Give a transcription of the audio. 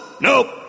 Nope